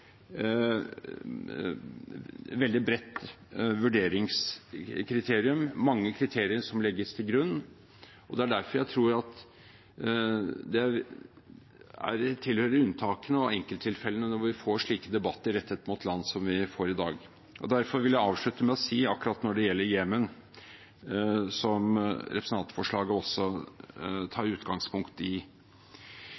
mange kriterier som legges til grunn. Derfor tror jeg det tilhører unntakene og enkelttilfellene når vi får slike debatter rettet mot land som vi har i dag. Når det gjelder Jemen, som representantforslaget tar utgangspunkt i, vil jeg avslutte med å si at det